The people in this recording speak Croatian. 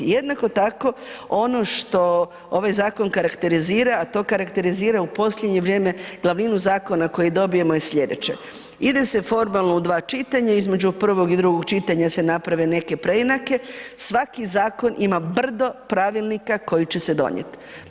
Jednako tako ono što ovaj zakon karakterizira, a to karakterizira u posljednje vrijeme glavninu zakona, koje dobijemo je sljedeće, ide se formalnu u 2 čitanja, između prvog i drugog čitanja se naprave neke preinake, svaki zakon ima brdo pravilnika koji će se donijeti.